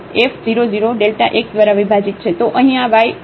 તો અહીં આ y 0 છે